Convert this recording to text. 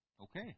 Okay